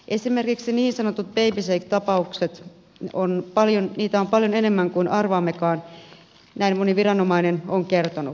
esimerkiksi niin sanottuja baby shake tapauksia on paljon enemmän kuin arvaammekaan näin moni viranomainen on kertonut